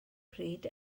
pryd